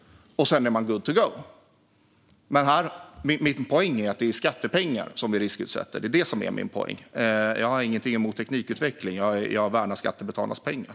Därefter är man good to go. Min poäng är att det i detta fall är skattepengar som vi riskutsätter. Jag har ingenting emot teknikutveckling, utan jag värnar skattebetalarnas pengar.